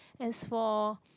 as for